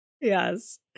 Yes